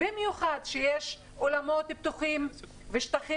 במיוחד כשיש אולמות שהם פתוחים ושטחים